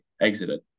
exited